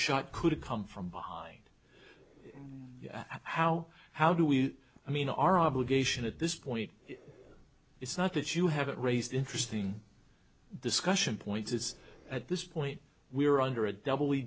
shot could have come from how how do we i mean our obligation at this point it's not that you haven't raised interesting discussion points it's at this point we were under